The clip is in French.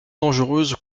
dangereuse